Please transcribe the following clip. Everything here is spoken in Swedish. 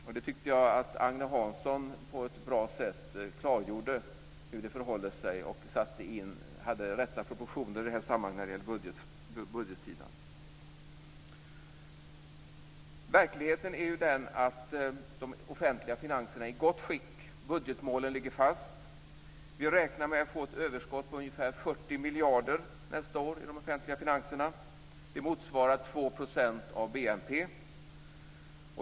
Jag tyckte att Agne Hansson på ett bra sätt klargjorde hur det förhåller sig och hade de rätta proportionerna i det här sammanhanget när det gäller budgetsidan. Verkligheten är den att de offentliga finanserna är i gott skick. Budgetmålen ligger fast. Vi räknar med att få ett överskott på ungefär 40 miljarder nästa år i de offentliga finanserna. Det motsvarar 2 % av BNP.